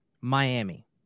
Miami